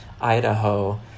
idaho